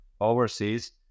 overseas